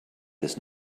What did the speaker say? does